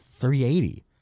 $380